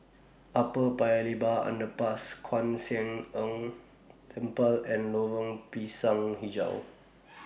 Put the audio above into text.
Upper Paya Lebar Underpass Kwan Siang Tng Temple and Lorong Pisang Hijau